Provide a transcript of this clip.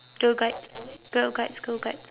girl guides girl guides girl guides